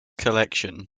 collection